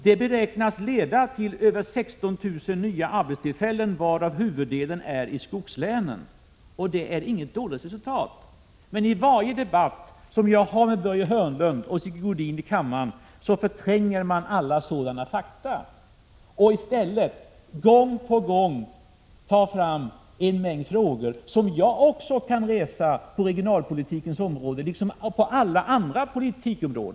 Det beräknas leda till över 16 000 nya arbetstillfällen, varav huvuddelen i skogslänen. Detta är inget dåligt resultat. Men i varje debatt som jag för här i kammaren med Börje Hörnlund och Sigge Godin förtränger de alla sådana fakta. I stället tar de gång på gång fram en mängd frågor, som även jag kan resa, på regionalpolitikens område och på alla andra politikområden.